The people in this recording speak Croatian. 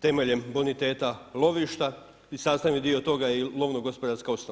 temeljem boniteta lovišta i sastavni dio toga je i lovno-gospodarska osnova.